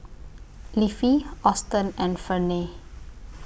Leafy Auston and Ferne